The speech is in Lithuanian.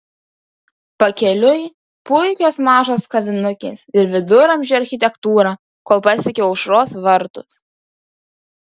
pakeliui puikios mažos kavinukės ir viduramžių architektūra kol pasiekiau aušros vartus